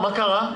מה קרה?